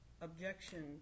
objection